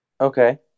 Okay